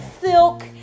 silk